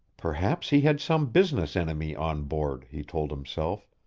perhaps he had some business enemy on board, he told himself,